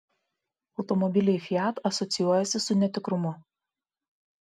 automobiliai fiat asocijuojasi su netikrumu